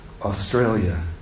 Australia